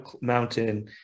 mountain